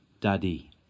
Daddy